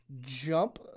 jump